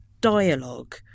dialogue